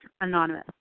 Anonymous